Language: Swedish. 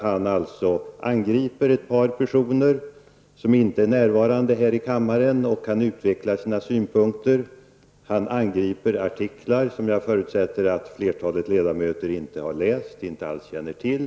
Han angriper ett par personer som inte är närvarande i kammaren och utvecklar sina synpunkter om dem. Han angriper artiklar som jag förutsätter att flertalet ledamöter inte har läst eller känner till.